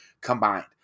combined